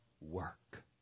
work